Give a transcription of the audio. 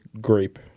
grape